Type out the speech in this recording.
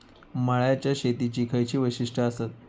मळ्याच्या शेतीची खयची वैशिष्ठ आसत?